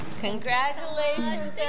Congratulations